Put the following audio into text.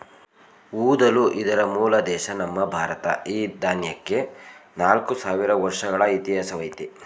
ಊದಲು ಇದರ ಮೂಲ ದೇಶ ನಮ್ಮ ಭಾರತ ಈ ದಾನ್ಯಕ್ಕೆ ನಾಲ್ಕು ಸಾವಿರ ವರ್ಷಗಳ ಇತಿಹಾಸವಯ್ತೆ